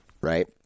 right